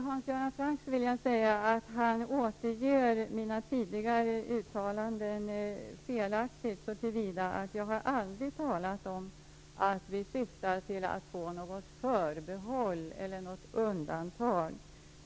Herr talman! Hans Göran Franck återger mina tidigare uttalanden felaktigt. Jag har nämligen aldrig talat om att vi syftar till att få ett förbehåll eller ett undantag.